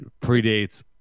predates